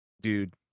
dude